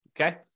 Okay